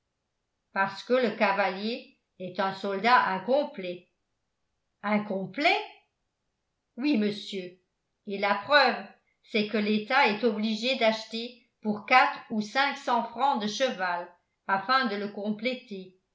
parce que le cavalier est un soldat incomplet incomplet oui monsieur et la preuve c'est que l'état est obligé d'acheter pour quatre ou cinq cents francs de cheval afin de le compléter